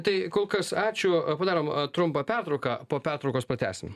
tai kol kas ačiū padarom trumpą pertrauką po pertraukos pratęsim